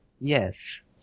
yes